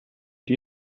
die